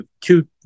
two